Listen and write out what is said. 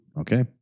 Okay